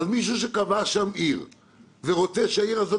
אז מישהו שקבע שם עיר ורוצה שהעיר הזאת